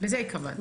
לזה התכוונת.